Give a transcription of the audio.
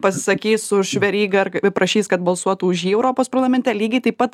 pasisakys už verygą prašys kad balsuotų už jį europos parlamente lygiai taip pat